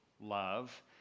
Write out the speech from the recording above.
love